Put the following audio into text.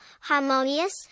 harmonious